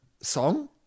song